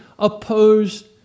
opposed